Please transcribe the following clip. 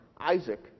Isaac